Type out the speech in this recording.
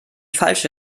falsche